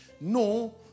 No